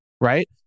right